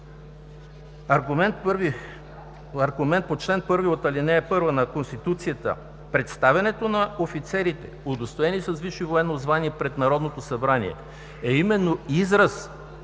аргумент по чл. 1 от ал. 1 на Конституцията: представянето на офицерите, удостоени с висше военно звание пред Народното събрание е именно израз